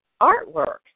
artwork